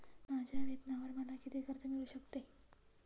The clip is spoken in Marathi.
माझ्या वेतनावर मला किती कर्ज मिळू शकते?